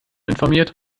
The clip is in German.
informiert